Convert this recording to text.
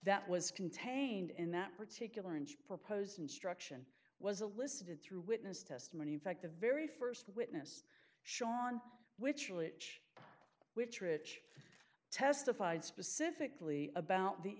that was contained in that particular inch proposed instruction was a listed through witness testimony in fact the very st witness shawn which which which rich testified specifically about the